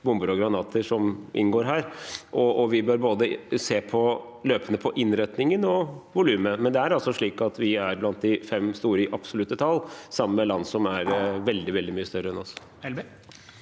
bomber og granater som inngår her, og vi bør se løpende på både innretningen og volumet. Det er likevel slik at vi er blant de fem store i absolutte tall, sammen med land som er veldig, veldig mye større enn oss.